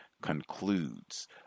concludes